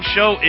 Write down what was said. Show